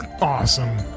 Awesome